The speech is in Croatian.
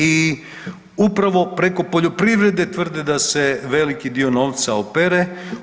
I upravo preko poljoprivrede tvrde da se veliki dio novca opere.